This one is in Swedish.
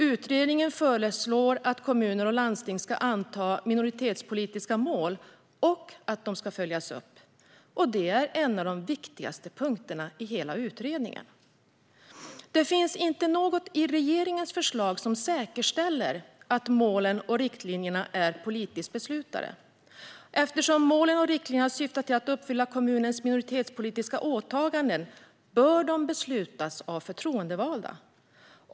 Utredningen föreslår att kommuner och landsting ska anta minoritetspolitiska mål och att de ska följas upp. Det är en av de viktigaste punkterna i hela utredningen. Det finns inte något i regeringens förslag som säkerställer att målen och riktlinjerna är politiskt beslutade. Eftersom målen och riktlinjerna syftar till att uppfylla kommunens minoritetspolitiska åtaganden bör de beslutas av förtroendevalda.